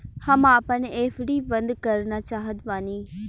हम आपन एफ.डी बंद करना चाहत बानी